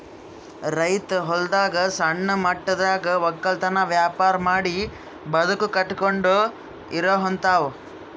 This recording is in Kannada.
ರೈತ್ ಹೊಲದಾಗ್ ಸಣ್ಣ ಮಟ್ಟದಾಗ್ ವಕ್ಕಲತನ್ ವ್ಯಾಪಾರ್ ಮಾಡಿ ಬದುಕ್ ಕಟ್ಟಕೊಂಡು ಇರೋಹಂತಾವ